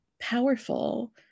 powerful